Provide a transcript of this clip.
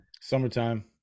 Summertime